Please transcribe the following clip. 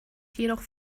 jedoch